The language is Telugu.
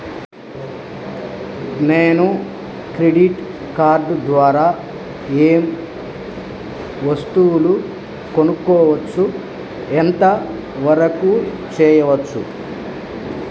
నేను క్రెడిట్ కార్డ్ ద్వారా ఏం వస్తువులు కొనుక్కోవచ్చు ఎంత వరకు చేయవచ్చు?